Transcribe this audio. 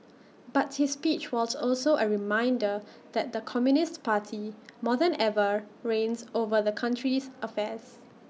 but his speech was also A reminder that the communist party more than ever reigns over the country's affairs